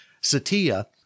Satya